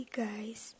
guys